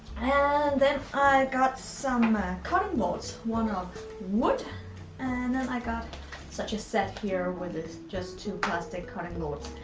and then i got some ah cutting boards, one of wood and then i got such a set here with just two plastic cutting boards.